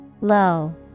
Low